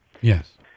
Yes